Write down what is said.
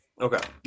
Okay